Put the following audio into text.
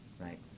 right